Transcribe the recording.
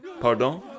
Pardon